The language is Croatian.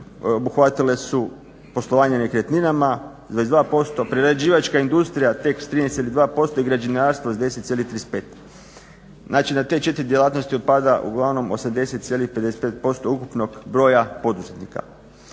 obuhvatile su poslovanje nekretninama 22%, prerađivačka industrija tek s 13,2% i građevinarstvo s 10,35. Znači na te četiri djelatnosti otpada uglavnom 80,55% ukupnog broja poduzetnika.